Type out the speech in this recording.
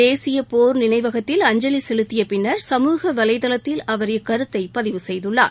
தேசிய போர் நினைவகத்தில் அஞ்சலி செலுத்திய பின்னர் சமூக வலைதளத்தில் அவர் இக்கருத்தை பதிவு செய்துள்ளார்